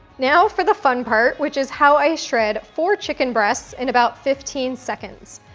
now for the fun part, which is how i shred four chicken breasts in about fifteen seconds.